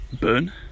burn